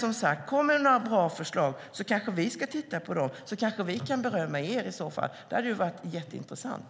Kom med några bra förslag så kanske vi tittar på dem och i så fall berömmer er. Det hade varit jätteintressant.